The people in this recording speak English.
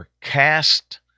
cast